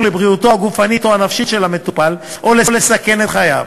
לבריאותו הגופנית או הנפשית של המטופל או לסכן את חייו,